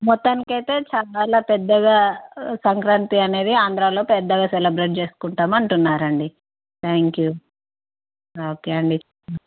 మొత్తానికైతే చాలా పెద్దగా సంక్రాంతి అనేది ఆంధ్రాలో పెద్దగా సెలబ్రేట్ చేసుకుంటాం అంటున్నారండి థ్యాంక్ యూ ఓకే అండి